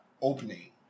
opening